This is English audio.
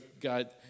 God